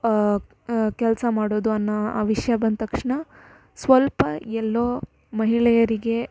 ಕೆಲಸ ಮಾಡೋದು ಅನ್ನೋ ಆ ವಿಷಯ ಬಂದ ತಕ್ಷಣ ಸ್ವಲ್ಪ ಎಲ್ಲೋ ಮಹಿಳೆಯರಿಗೆ